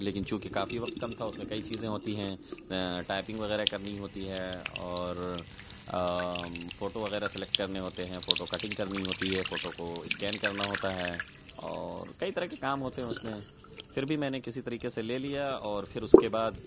لیکن چونکہ کافی وقت کم تھا اس میں کئی چیزیں ہوتی ہیں ٹائپنگ وغیرہ کرنی ہوتی ہے اور فوٹو وغیرہ سلیکٹ کرنے ہوتے ہیں فوٹو کٹنگ کرنی ہوتی ہے فوٹو کو اسکین کرنا ہوتا ہے اور کئی طرح کے کام ہوتے ہیں اس میں پھر بھی میں نے کسی طریقے سے لے لیا اور پھر اس کے بعد